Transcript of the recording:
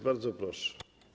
Bardzo proszę.